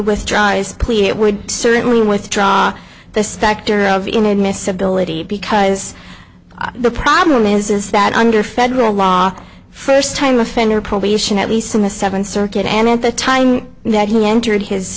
with dries clean it would certainly withdraw the specter of inadmissibility because the problem is is that under federal law first time offender probation at least in the seventh circuit and at the time that he entered his